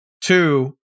two